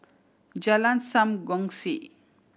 Jalan Sam Kongsi